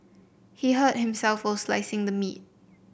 he hurt himself while slicing the meat